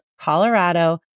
Colorado